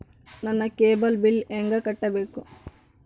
ನನ್ನ cable bill ಹೆಂಗ ಕಟ್ಟಬೇಕು?